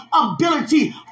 ability